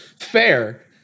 Fair